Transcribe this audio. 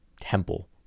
temple